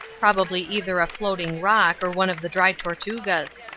probably either a floating rock or one of the dry tortugas.